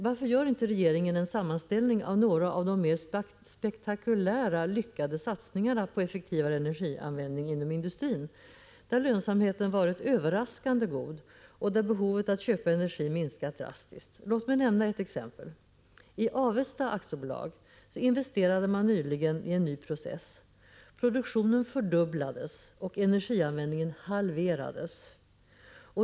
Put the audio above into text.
Varför gör inte regeringen en sammanställning av några av de mer spektakulära, lyckade satsningarna på effektivare energianvändning inom industrin, där lönsamheten varit överraskande god och där behovet att köpa energi minskat drastiskt? Låt mig nämna ett exempel! I Avesta AB investerade man nyligen i en ny process. Produktionen fördubblades, och energianvändningen halverades.